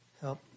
help